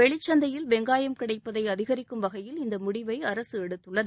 வெளிச்சந்தையில் வெங்காயம் கிடைப்பதை அதிகரிக்கும் வகையில் இந்த முடிவை அரசு எடுத்துள்ளது